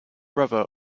brother